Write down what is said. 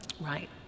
Right